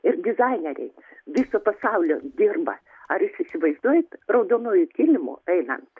ir dizaineriai viso pasaulio dirba ar jūs įsivaizduojat raudonuoju kilimu einant